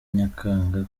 nyakanga